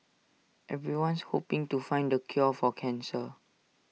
everyone's hoping to find the cure for cancer